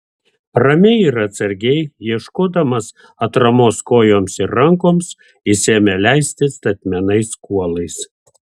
ramiai ir atsargiai ieškodamas atramos kojoms ir rankoms jis ėmė leistis statmenais kuolais